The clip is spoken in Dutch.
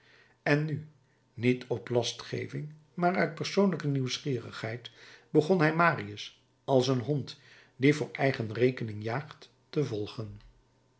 en nu niet op lastgeving maar uit persoonlijke nieuwsgierigheid begon hij marius als een hond die voor eigen rekening jaagt te volgen